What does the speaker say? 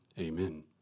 amen